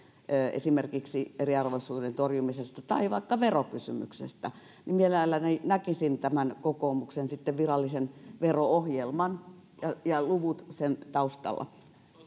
esimerkiksi eriarvoisuuden torjumisesta tai vaikka verokysymyksestä niin mielelläni sitten näkisin kokoomuksen virallisen vero ohjelman ja ja luvut sen taustalla